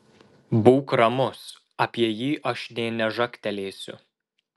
būk ramus apie jį aš nė nežagtelėsiu